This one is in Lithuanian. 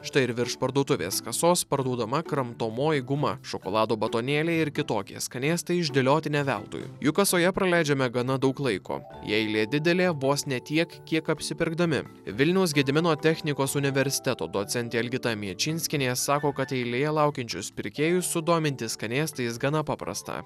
štai ir virš parduotuvės kasos parduodama kramtomoji guma šokolado batonėliai ir kitokie skanėstai išdėlioti ne veltui juk kasoje praleidžiame gana daug laiko jei eilė didelė vos ne tiek kiek apsipirkdami vilniaus gedimino technikos universiteto docentė algita miečinskienė sako kad eilėje laukiančius pirkėjus sudominti skanėstais gana paprasta